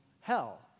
hell